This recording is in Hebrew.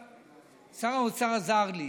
שר האוצר עזר לי